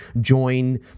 join